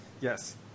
yes